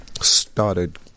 started